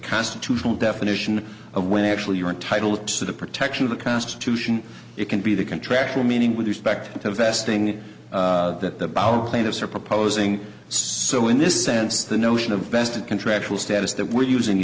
constitutional definition of when actually you're entitled to the protection of the constitution it can be the contractual meaning with respect to investing that the power plaintiffs are proposing so in this sense the notion of vested contractual status that we're using